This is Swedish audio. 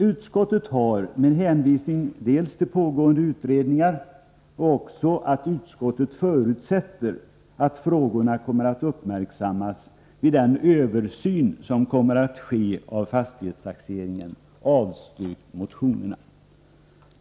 Utskottet har avstyrkt motionerna med hänvisning till pågående utredningar och till att utskottet förutsätter att frågorna kommer att uppmärksammas vid den översyn som kommer att ske av fastighetstaxeringen.